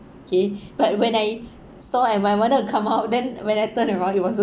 okay but when I saw and when I wanted to come out then when I turned around it was a